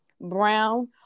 Brown